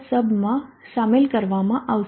sub માં સામેલ કરવામાં આવશે